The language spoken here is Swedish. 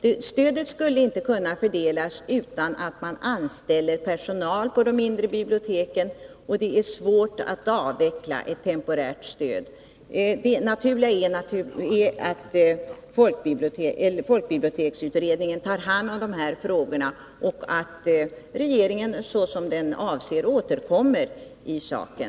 Stödet skulle inte kunna fördelas utan att man anställde personal på de mindre biblioteken, och det är svårt att avveckla ett temporärt stöd. Det naturliga är att folkbiblioteksutredningen tar hand om dessa frågor och att regeringen, såsom den avser, återkommer i frågan.